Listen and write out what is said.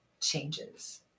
changes